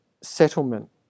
settlement